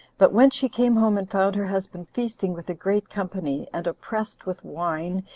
but when she came home and found her husband feasting with a great company, and oppressed with wine,